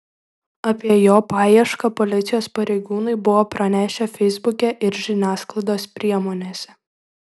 apie jo paiešką policijos pareigūnai buvo pranešę feisbuke ir žiniasklaidos priemonėse